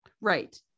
Right